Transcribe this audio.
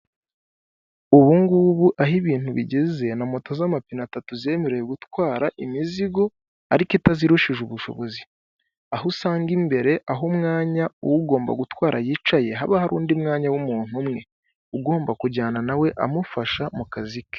Ubu ngubu aho ibintu bigeze moto z'amapine atatu zemerewe gutwara imizigo ariko itazirushije ubushobozi, aho usanga imbere aho umwanya ugomba gutwara yicaye haba hari undi mwanya w'umuntu umwe, ugomba kujyana na we amufasha mu kazi ke.